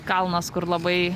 kalnas kur labai